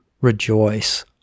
Rejoice